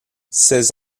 ces